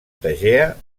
tegea